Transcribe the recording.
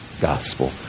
gospel